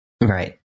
Right